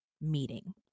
meeting